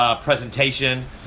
presentation